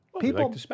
People-